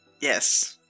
Yes